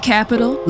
Capital